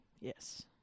Yes